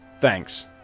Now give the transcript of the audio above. Thanks